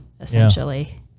essentially